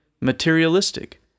materialistic